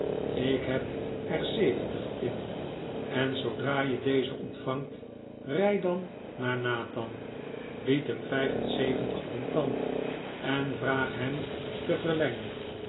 ik heb er zeventig in en zoodra je dezen ontvangt rij dan naar nathan bied hem vijf en zeventig contant en vraag hem te verlengen